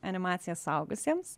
animacija suaugusiems